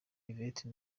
yvette